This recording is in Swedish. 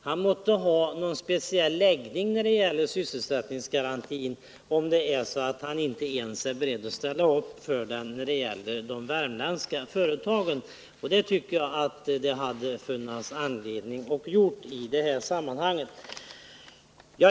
Han måtte ha någon speciell läggning när det gäller sysselsättningsgarantin, om han inte ens är beredd att ställa upp för den i fråga om de värmländska företagen — för det tycker jag det hade funnits anledning att göra i det här sammanhanget.